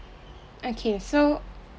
okay so